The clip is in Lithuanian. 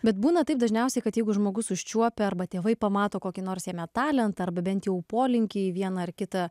bet būna taip dažniausiai kad jeigu žmogus užčiuopia arba tėvai pamato kokį nors jame talentą arba bent jau polinkį į vieną ar kitą